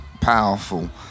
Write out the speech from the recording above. powerful